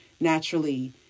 naturally